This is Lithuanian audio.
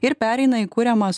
ir pereina į kuriamą